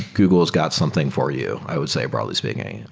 google's got something for you, i would say probably speaking.